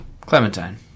clementine